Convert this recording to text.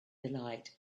delight